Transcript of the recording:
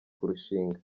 kurushinga